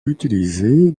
utilisé